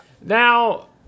Now